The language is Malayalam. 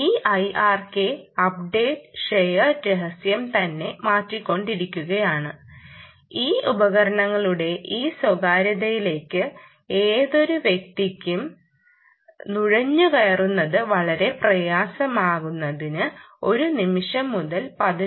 ഈ IRK അപ്ഡേറ്റ് ഷെയേർഡ് രഹസ്യം തന്നെ മാറ്റിക്കൊണ്ടിരിക്കുകയാണ് ഈ ഉപകരണങ്ങളുടെ ഈ സ്വകാര്യതയിലേക്ക് ഏതൊരു വ്യക്തിക്കും നുഴഞ്ഞുകയറുന്നത് വളരെ പ്രയാസകരമാക്കുന്നതിന് ഒരു നിമിഷം മുതൽ 11